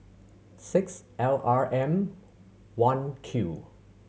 six L R M One Q